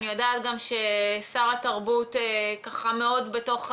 אני יודעת גם ששר התרבות מאוד בתוך העניינים,